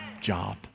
job